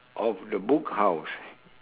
of the book house